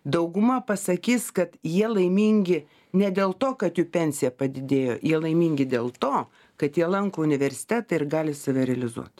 dauguma pasakys kad jie laimingi ne dėl to kad jų pensija padidėjo jie laimingi dėl to kad jie lanko universitetą ir gali save realizuot